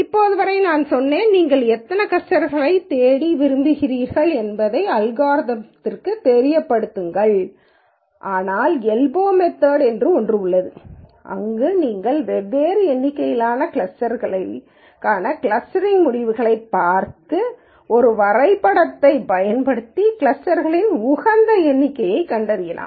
இப்போது வரை நான் சொன்னேன் நீங்கள் எத்தனை கிளஸ்டர்களைத் தேட விரும்புகிறீர்கள் என்பதை அல்காரிதம்க்கு தெரியப்படுத்துங்கள் ஆனால் எல்போ மெத்தட் என்று ஒன்று உள்ளது அங்கு நீங்கள் வெவ்வேறு எண்ணிக்கையிலான கிளஸ்டர்களுக்கான கிளஸ்டரிங்கின் முடிவுகளைப் பார்த்து ஒரு வரைபடத்தைப் பயன்படுத்தி கிளஸ்டர்க்களின் உகந்த எண்ணிக்கையை கண்டறியலாம்